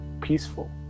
peaceful